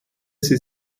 sie